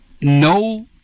no